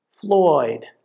Floyd